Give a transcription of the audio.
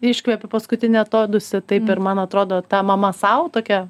iškvepi paskutinį atodūsį taip ir man atrodo ta mama sau tokia